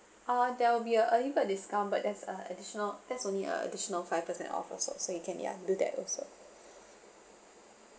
uh there will be a early bird discount but there's a additional that's only a additional five percent off also so you can ya do that also